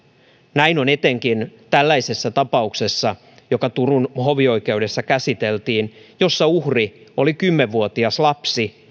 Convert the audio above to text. näin on etenkin tällaisessa tapauksessa joka turun hovioikeudessa käsiteltiin jossa uhri oli kymmenvuotias lapsi